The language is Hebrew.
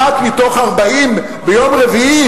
אחת מתוך 40 ביום רביעי,